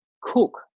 cook